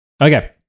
Okay